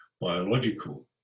biological